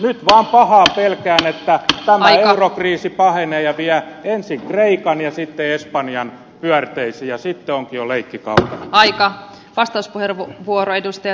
nyt vaan pahaa pelkään että tämä eurokriisi pahenee ja vie ensin kreikan ja sitten espanjan pyörteisiin ja sitten onkin jo leikki kaukana